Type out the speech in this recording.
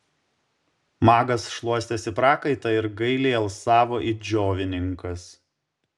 magas šluostėsi prakaitą ir gailiai alsavo it džiovininkas